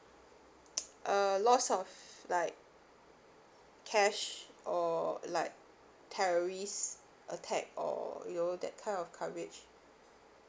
a loss of like cash or like terrorist attack or you know that kind of coverage